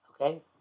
Okay